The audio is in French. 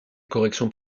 corrections